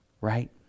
right